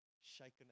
shaken